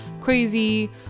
crazy